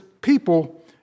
people